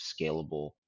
scalable